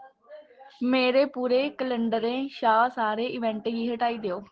मेरे पूरे कलैंडरें शा सारे इवेंटें गी हटाई देओ